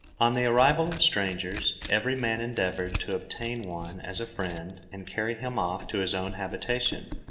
on the arrival of strangers, every man endeavoured to obtain one as a friend and carry him off to his own habitation,